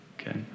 okay